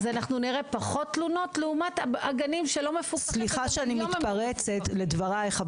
אז נראה פחות תלונות לעומת הגנים שלא --- סליחה שאני מתפרצת לדברייך,